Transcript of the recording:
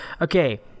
okay